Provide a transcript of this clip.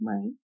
Right